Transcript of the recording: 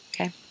Okay